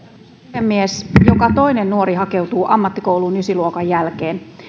puhemies joka toinen nuori hakeutuu ammattikouluun ysiluokan jälkeen